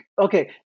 okay